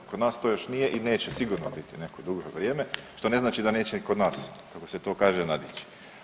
Kod nas to još nije i neće sigurno biti neko duže vrijeme, što ne znači da neće ni kod nas, kako se to kaže, nadići.